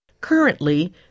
Currently